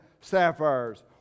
sapphires